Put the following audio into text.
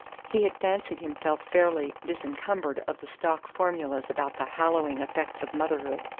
he had fancied himself fairly disencumbered of the stock formulas about the hallowing effects of motherhood,